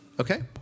Okay